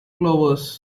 clovers